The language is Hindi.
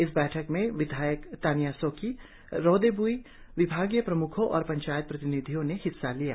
इस बैठक में विधायक तानिया सोकी रोदे ब्ई विभागीय प्रम्खों और पंचायत प्रतिनिधियों ने हिस्सा लिया